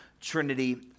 Trinity